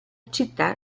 città